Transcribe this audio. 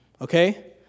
Okay